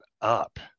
up